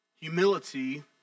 Humility